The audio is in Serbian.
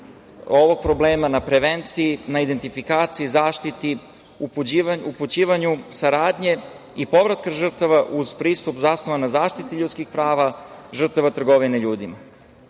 ovog problema, na prevenciji, na identifikaciji, zaštiti, upućivanju saradnje i povratka žrtava uz pristup zasnovan na zaštiti ljudskih prava žrtava trgovine ljudima.